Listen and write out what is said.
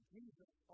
Jesus